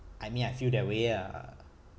I mean I feel that way ah